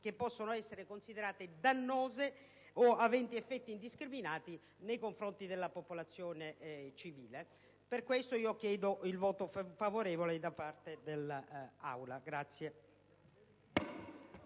che possono essere considerate dannose o aventi effetti indiscriminati nei confronti della popolazione civile. Per tali motivi, chiedo il voto favorevole dell'Assemblea.